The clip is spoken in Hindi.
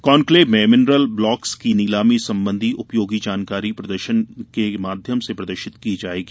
कॉन्क्लेव में मिनरल ब्लॉक्स की नीलामी संबंधी उपयोगी जानकारी प्रदर्शनी के माध्यम से प्रदर्शित की जायेगी